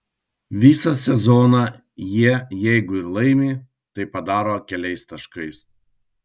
visą sezoną jie jeigu ir laimi tai padaro keliais taškais